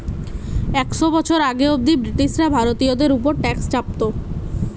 একশ বছর আগে অব্দি ব্রিটিশরা ভারতীয়দের উপর ট্যাক্স চাপতো